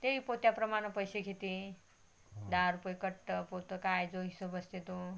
तेही पोत्याप्रमाणं पैसे घेते दहा रुपये कट्टं पोतं काय जो हिशोब असते तो